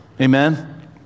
amen